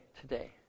today